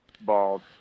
bald